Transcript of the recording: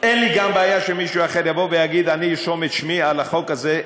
אין לי גם בעיה שמישהו אחר יבוא ויגיד: אני ארשום את שמי על החוק הזה,